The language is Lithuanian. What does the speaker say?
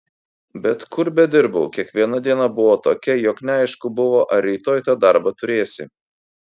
bet kur bedirbau kiekviena diena buvo tokia jog neaišku buvo ar rytoj tą darbą turėsi